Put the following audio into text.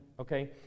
okay